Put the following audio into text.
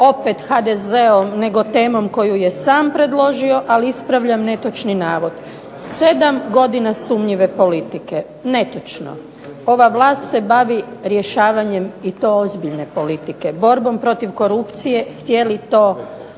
opet HDZ-om nego temom koju je sam predložio. A ispravljam netočni navod. 7 godina sumnjive politike. Netočno. Ova vlast se bavi rješavanjem i to ozbiljne politike. Borbom protiv korupcije htjeli to